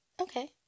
Okay